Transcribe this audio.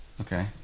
Okay